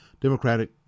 Democratic